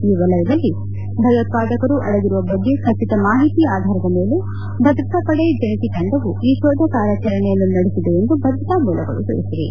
ಈ ವಲಯದಲ್ಲಿ ಭಯೋತ್ಪಾದಕರು ಅಡಗಿರುವ ಬಗ್ಗೆ ಖಚಿತ ಮಾಹಿತಿ ಆಧಾರದ ಮೇಲೆ ಭದ್ರತಾಪಡೆಯ ಜಂಟಿ ತಂಡವು ಈ ಶೋಧ ಕಾರ್ಯಾಚರಣೆಯನ್ನು ನಡೆಸಿದೆ ಎಂದು ಭದ್ರತಾ ಮೂಲಗಳು ತಿಳಿಸಿವೆ